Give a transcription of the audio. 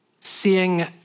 Seeing